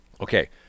Okay